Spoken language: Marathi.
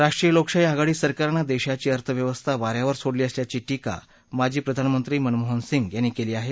राष्ट्रीय लोकशाही आघाडी सरकारने देशाची अर्थव्यवस्था वा यावर सोडली असल्याची टीका माजी प्रधानमंत्री मनमोहन सिंह यांनी केली आहे